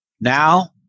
Now